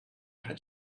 had